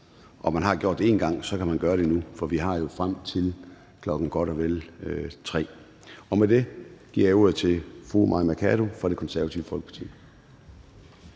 og man har gjort det en gang, kan man gøre det nu. For vi har jo tid frem til godt og vel kl. 15. Hermed giver jeg ordet til fru Mai Mercado fra Det Konservative Folkeparti.